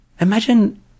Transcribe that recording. Imagine